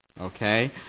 Okay